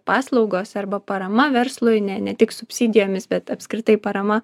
paslaugos arba parama verslui ne ne tik subsidijomis bet apskritai parama